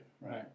right